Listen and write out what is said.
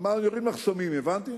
אמר: אני אוריד מחסומים, הבנת?